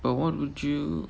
but what would you